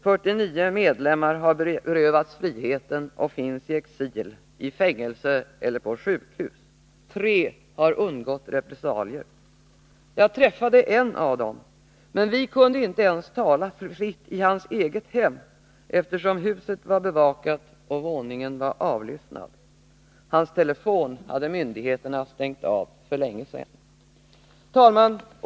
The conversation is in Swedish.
49 medlemmar har berövats friheten och finns i exil, i fängelse eller på sjukhus. Tre har undgått repressalier. Jag träffade en av dem, men vi kunde inte ens tala fritt i hans eget hem, eftersom huset var bevakat och våningen avlyssnad. Hans telefon hade myndigheterna stängt av för länge sedan. Herr talman!